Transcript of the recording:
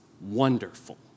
wonderful